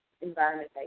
environment